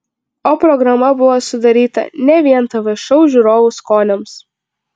o programa buvo sudaryta ne vien tv šou žiūrovų skoniams